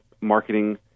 marketing